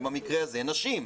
ובמקרה הזה נשים.